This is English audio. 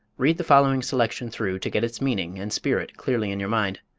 read the following selection through to get its meaning and spirit clearly in your mind.